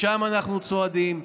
לשם אנחנו צועדים,